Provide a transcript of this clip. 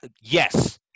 yes